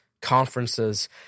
conferences